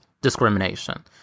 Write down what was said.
discrimination